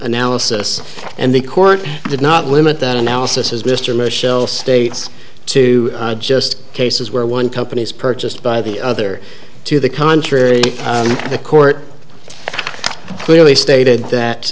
analysis and the court did not limit that analysis as mr michel states to just cases where one company is purchased by the other to the contrary the court clearly stated that